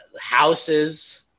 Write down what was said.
houses